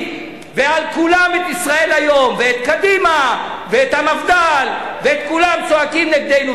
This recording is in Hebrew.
ועל כולם את "ישראל היום" ואת קדימה ואת המפד"ל ואת כולם צועקים נגדנו.